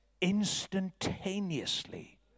instantaneously